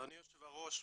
אדוני יושב הראש,